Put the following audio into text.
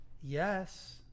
Yes